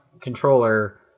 controller